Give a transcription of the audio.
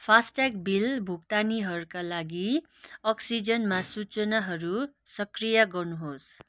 FASTag bill भुक्तानीहरूका लागि अक्सिजेनमा सूचनाहरू सक्रिय गर्नुहोस्